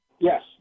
Yes